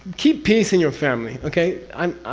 keep peace in your family. okay. i'm.